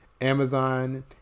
Amazon